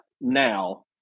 now